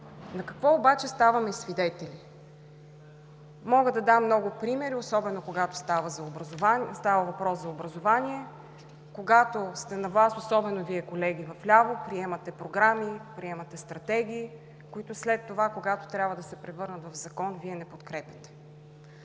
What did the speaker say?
На какво обаче ставаме свидетели? Мога да дам много примери, особено когато става въпрос за образование. Когато сте на власт, особено Вие, колеги в ляво, приемате програми, приемате стратегии, които след това, когато трябва да се превърнат в закон, Вие не подкрепяте.